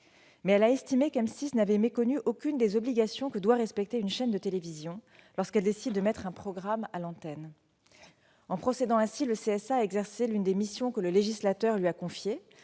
a cependant estimé que M6 n'avait méconnu aucune des obligations que doit respecter une chaîne de télévision lorsqu'elle décide de mettre un programme à l'antenne En procédant ainsi, le CSA a exercé une mission que le législateur lui a confiée